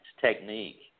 technique